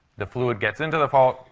the fluid gets into the fault,